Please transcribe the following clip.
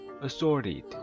Assorted